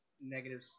negative